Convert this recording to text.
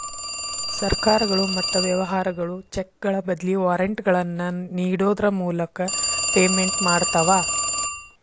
ಸರ್ಕಾರಗಳು ಮತ್ತ ವ್ಯವಹಾರಗಳು ಚೆಕ್ಗಳ ಬದ್ಲಿ ವಾರೆಂಟ್ಗಳನ್ನ ನೇಡೋದ್ರ ಮೂಲಕ ಪೇಮೆಂಟ್ ಮಾಡ್ತವಾ